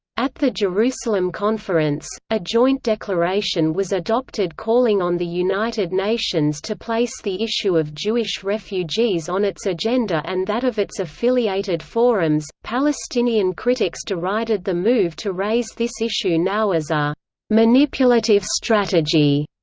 at the jerusalem conference, a joint declaration was adopted calling on the united nations to place the issue of jewish refugees on its agenda and that of its affiliated forums palestinian critics derided the move to raise this issue now as a manipulative strategy.